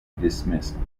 dismissed